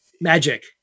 magic